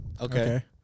Okay